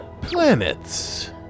Planets